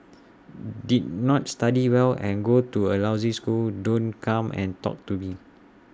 did not study well and go to A lousy school don't come and talk to me